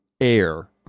air